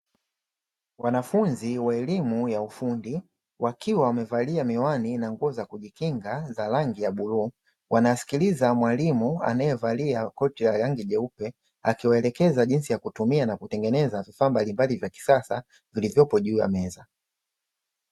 Wanafunzi wa elimu ya ufundi, wakiwa wamevalia miwani na nguo za kujikinga za rangi ya bluu, wanasikiliza mwalimu anayevalia koti ya rangi jeupe, akiwaelekeza jinsi ya kutumia na kutengeneza vifaa mbalimbali vya kisasa vilivyopo juu ya meza.